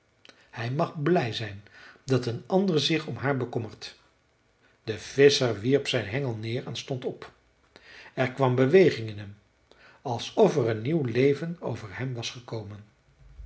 hij mag blij zijn dat een ander zich om haar bekommert de visscher wierp zijn hengel neer en stond op er kwam beweging in hem alsof er een nieuw leven over hem was gekomen